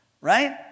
Right